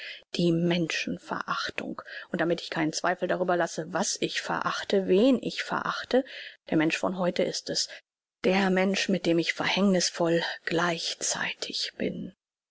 die menschen verachtung und damit ich keinen zweifel darüber lasse was ich verachte wen ich verachte der mensch von heute ist es der mensch mit dem ich verhängnißvoll gleichzeitig bin